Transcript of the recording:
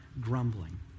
grumbling